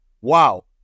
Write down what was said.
Wow